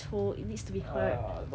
ugh the only history